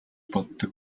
боддог